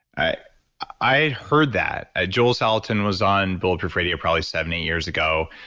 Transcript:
i i heard that. ah joel salatin was on bulletproof radio probably seven, eight years ago.